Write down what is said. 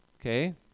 Okay